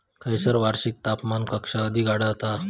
खैयसर वार्षिक तापमान कक्षा अधिक आढळता?